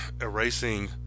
erasing